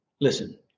listen